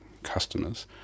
customers